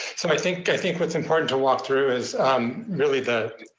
so i think i think what's important to walk through is really the